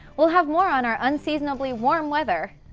we'll have more on our unseasonably warm weather.